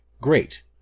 great